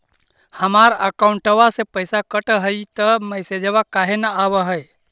हमर अकौंटवा से पैसा कट हई त मैसेजवा काहे न आव है?